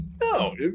No